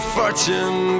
fortune